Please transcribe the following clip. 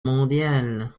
mondial